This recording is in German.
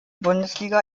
bundesliga